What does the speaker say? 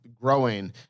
growing